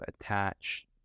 attach